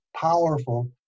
powerful